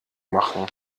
machen